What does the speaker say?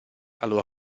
allora